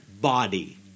body